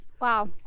Wow